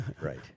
right